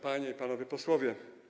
Panie i Panowie Posłowie!